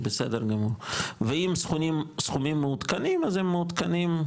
בסדר גמור ואם סכומים מעודכנים אז הם מעודכנים,